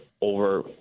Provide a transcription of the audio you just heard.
over